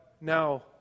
now